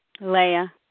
Leah